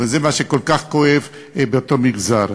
וזה מה שכל כך כואב באותו מגזר.